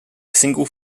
single